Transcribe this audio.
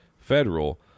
federal